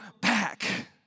back